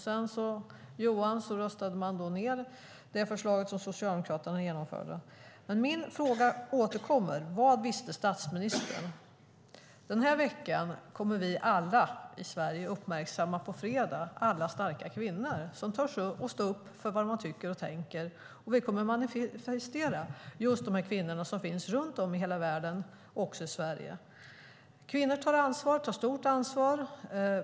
Sedan röstades det förslag som Socialdemokraterna genomförde ned. Min fråga återkommer: Vad visste statsministern? På fredag kommer vi alla i Sverige att uppmärksamma alla starka kvinnor som står upp för vad de tycker och tänker. Vi kommer att manifestera just dessa kvinnor som finns runt om i hela världen och också i Sverige. Kvinnor tar stort ansvar.